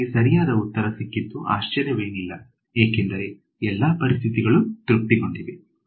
ನನಗೆ ಸರಿಯಾದ ಉತ್ತರ ಸಿಕ್ಕಿದ್ದು ಆಶ್ಚರ್ಯವೇನಿಲ್ಲ ಏಕೆಂದರೆ ಎಲ್ಲಾ ಪರಿಸ್ಥಿತಿಗಳು ತೃಪ್ತಿಗೊಂಡಿವೆ